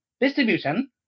distribution